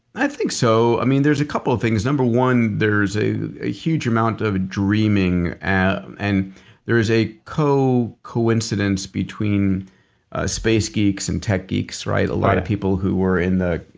i think so. i mean there's a couple of things. number one, there's a a huge amount of dreaming and and there is a co-coincidence between space geeks and tech geeks right? a lot of people who were in the.